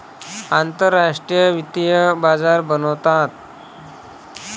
आंतरराष्ट्रीय वित्तीय बाजार बनवतात